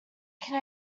can